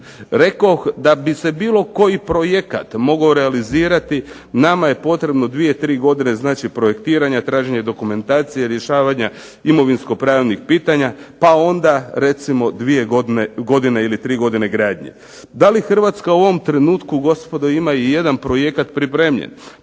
Rekoh da bi se bilo koji projekat mogao realizirati nama je potrebno dvije, tri godine znači projektiranja, traženje dokumentacije, rješavanja imovinsko-pravnih pitanja pa onda recimo dvije godine ili tri godine gradnje. Da li Hrvatska u ovom trenutku gospodo ima i jedan projekat pripremljen?